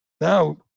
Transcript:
now